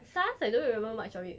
SARS I don't remember much of it